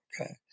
okay